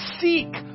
seek